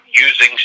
using